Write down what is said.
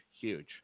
huge